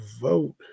vote